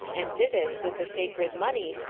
and did it with the sacred money,